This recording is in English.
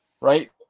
right